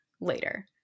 later